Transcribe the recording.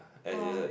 !wow!